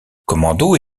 commandos